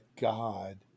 god